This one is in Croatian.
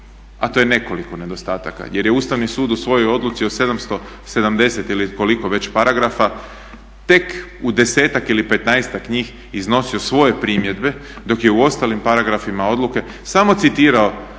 a to je nekoliko nedostataka jer je Ustavni sud u svojoj odluci od 770 ili koliko već paragrafa tek u 10-ak ili 15-ak njih iznosio svoje primjedbe dok je u ostalim paragrafima odluke samo citirao